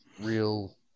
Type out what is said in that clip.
Real